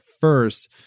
first